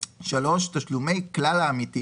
שלכל הקרנות